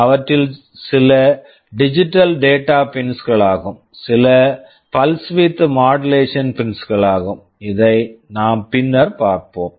அவற்றில் சில digital data pins digital data pins களாகும் சில pulse width modulation pins pulse width modulation pins களாகும் இதை நாம் பின்னர் பார்ப்போம்